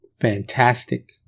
Fantastic